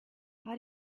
how